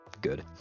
Good